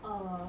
um